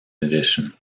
edition